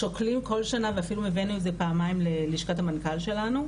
שוקלים כל שנה ואפילו הבאנו את זה פעמיים ללשכת המנכ"ל שלנו,